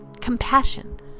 Compassion